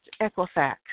Equifax